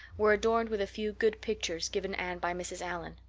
were adorned with a few good pictures given anne by mrs. allan.